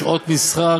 שעות המסחר,